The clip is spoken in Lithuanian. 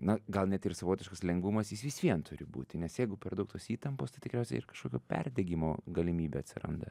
na gal net ir savotiškas lengvumas jis vis vien turi būti nes jeigu per daug tos įtampos tai tikriausiai ir kažkokio perdegimo galimybė atsiranda